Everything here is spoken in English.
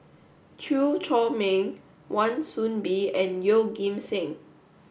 Chew Chor Meng Wan Soon Bee and Yeoh Ghim Seng